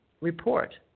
report